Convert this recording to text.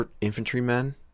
infantrymen